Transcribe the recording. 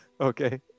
Okay